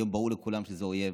היום ברור לכולם שזה אויב.